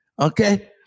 okay